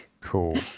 Cool